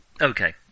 Okay